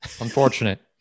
unfortunate